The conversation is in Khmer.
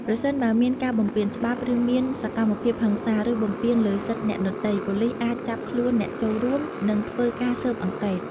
ប្រសិនបើមានការបំពានច្បាប់ ឬមានសកម្មភាពហិង្សា ឬបំពានលើសិទ្ធិអ្នកដទៃ ប៉ូលីសអាចចាប់ខ្លួនអ្នកចូលរួម និងធ្វើការស៊ើបអង្កេត។